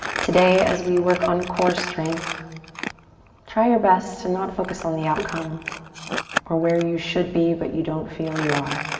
today, as we work on core strength try your best to not focus on the outcome or where you should be, but you don't feel you are.